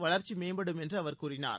வளர்ச்சி மேம்படும் என்று அவர் கூறினார்